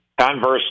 conversely